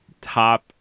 top